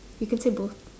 you can say both